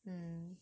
mm